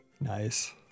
Nice